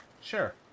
sure